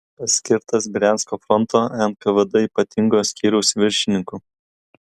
paskirtas briansko fronto nkvd ypatingo skyriaus viršininku